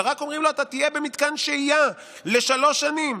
אלא רק אומרים לו: אתה תהיה במתקן שהייה לשלוש שנים,